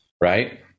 right